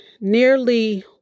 nearly